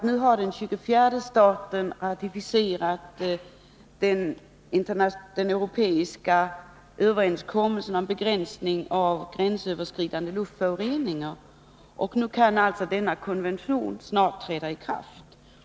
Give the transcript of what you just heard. Nu har den 24:e staten ratificerat den europeiska överenskommelsen om begränsning av gränsöverskridande luftföroreningar. Denna konvention kan alltså snart träda i kraft.